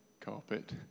carpet